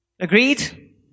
Agreed